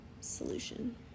solution